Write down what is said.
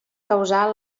causar